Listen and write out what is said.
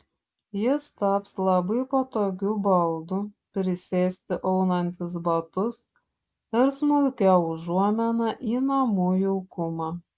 jis taps labai patogiu baldu prisėsti aunantis batus ir smulkia užuomina į namų jaukumą